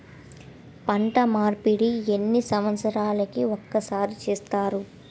పంట మార్పిడి ఎన్ని సంవత్సరాలకి ఒక్కసారి చేస్తారు?